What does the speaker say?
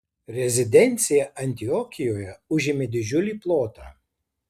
rezidencija antiokijoje užėmė didžiulį plotą